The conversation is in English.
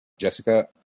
Jessica